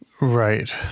Right